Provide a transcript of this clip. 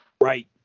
Right